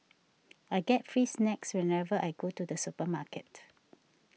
I get free snacks whenever I go to the supermarket